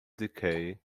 decay